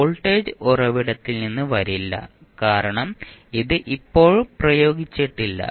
voltage ഉറവിടത്തിൽ നിന്ന് വരില്ല കാരണം ഇത് ഇപ്പോഴും പ്രയോഗിച്ചിട്ടില്ല